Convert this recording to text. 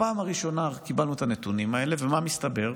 בפעם הראשונה קיבלנו את הנתונים האלה, ומה מסתבר?